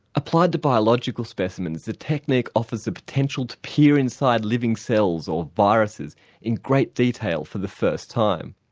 applied to biological specimens, the technique offers the potential to peer inside living cells or viruses in great detail for the first time.